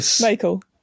Michael